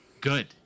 good